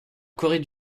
corée